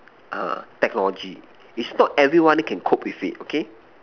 err technology it's not everyone can cope with it okay